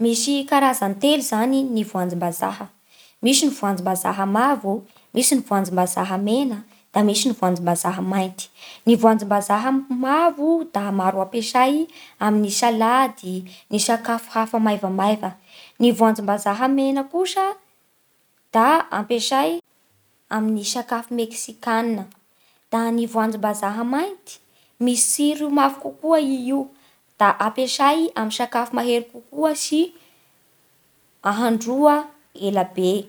Misy karazany telo zany ny voanjombazaha: misy ny voanjombazaha mavo, misy ny voanjombazaha mena, da misy ny voanjombazaha mainty. Ny voanjombazaha m- mavo da maro ampiasay amin'ny salady, ny sakafo hafa maivamaiva. Ny voanjombazaha mena kosa da ampiasay amin'ny sakafo meksikana. Da ny voanjombazaha mainty misy tsiro mafy koa i io, da ampiasay amin'ny sakafo mahery kokoa sy ahandroa ela be.